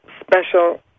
special